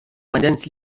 vandens